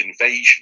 invasion